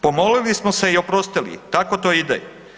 Pomolili smo se i oprostili, tako to ide.